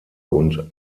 und